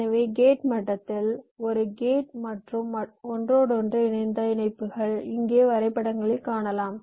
எனவே கேட் மட்டத்தில் ஒரு கேட் மற்றும் ஒன்றோடொன்று இணைந்த இணைப்புகளை இங்கே வரைபடங்களில் காணலாம்